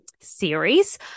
series